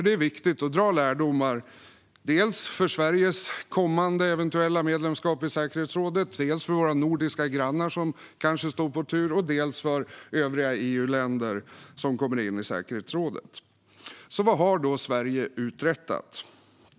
Det är viktigt att dra lärdomar, dels inför Sveriges eventuella kommande medlemskap i rådet, dels för våra nordiska grannar som kanske står på tur liksom för andra EU-länder som kommer in i säkerhetsrådet. Vad har då Sverige uträttat?